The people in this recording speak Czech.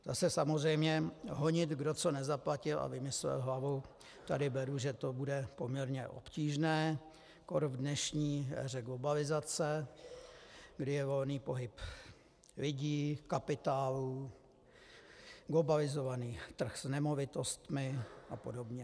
Zase samozřejmě honit, kdo co nezaplatil a vymyslel hlavou, tady beru, že to bude poměrně obtížné, kór v dnešní éře globalizace, kdy je volný pohyb lidí, kapitálu, globalizovaný trh s nemovitostmi a podobně.